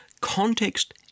context